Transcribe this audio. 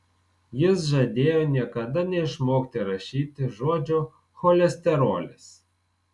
jis žadėjo niekada neišmokti rašyti žodžio cholesterolis